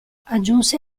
aggiunse